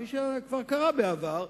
כפי שכבר קרה בעבר,